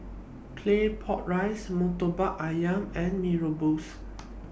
Claypot Rice Murtabak Ayam and Mee Rebus